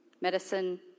medicine